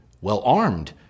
well-armed